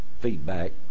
feedback